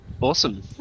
Awesome